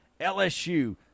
LSU